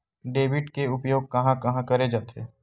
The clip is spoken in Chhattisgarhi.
डेबिट के उपयोग कहां कहा करे जाथे?